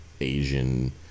Asian